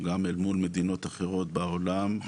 גם אל מול מדינות אחרות בעולם,